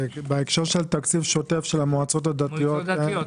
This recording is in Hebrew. המועצות הדתיות,